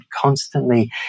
constantly